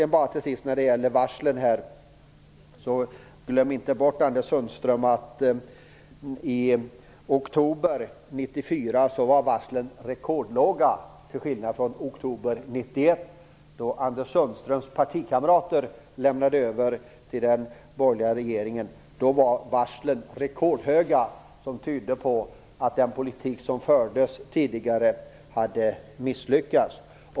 När det gäller varslen bör Anders Sundström inte glömma bort att i oktober 1994 var antalet varsel rekordlågt till skillnad från oktober 1991, när Anders Sundströms partikamrater lämnade över ansvaret till den borgerliga regeringen. Då var antalet varsel rekordhögt, vilket tydde på att den politik som tidigare hade förts hade misslyckats.